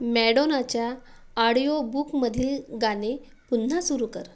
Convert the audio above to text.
मॅडोनाच्या audio बुकमधील गाणे पुन्हा सुरू कर